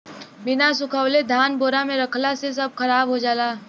बिना सुखवले धान बोरा में रखला से सब खराब हो जाला